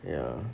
ya